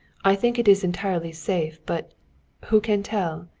i think it is entirely safe, but who can tell?